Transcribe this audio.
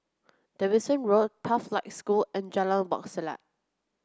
Davidson Road Pathlight School and Jalan Wak Selat